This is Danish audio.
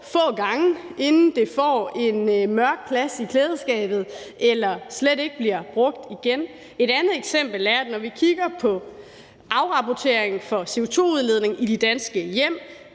få gange, inden det får en mørk plads i klædeskabet eller slet ikke bliver brugt igen. Et andet eksempel er, at når vi kigger på afrapporteringen for CO2-udledningen fra de danske